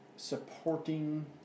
Supporting